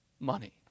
money